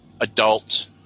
adult